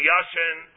Yashin